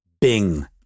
Bing